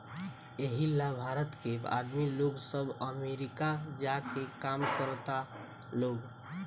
एही ला भारत के आदमी लोग सब अमरीका जा के काम करता लोग